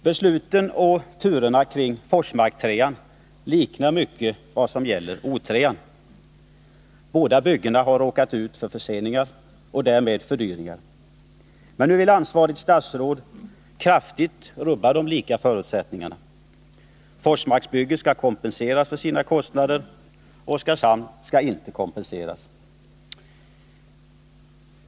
Besluten och turerna kring Forsmark 3 liknar mycket det som gäller Oskarshamn 3. Båda byggena har råkat ut för förseningar och därmed fördyringar. Men nu vill ansvarigt statsråd kraftigt rubba de lika förutsättningarna. Forsmarksbygget skall kompenseras för sina kostnader. Oskarshamn skall inte kompenseras.